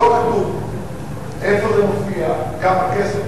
לא כתוב איפה זה מופיע, כמה כסף.